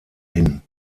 hin